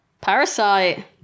Parasite